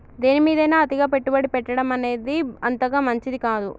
దేనిమీదైనా అతిగా పెట్టుబడి పెట్టడమనేది అంతగా మంచిది కాదు